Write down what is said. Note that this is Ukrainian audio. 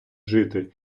жити